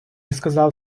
сказав